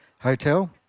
hotel